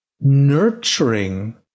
nurturing